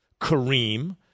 Kareem